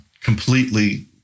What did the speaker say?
completely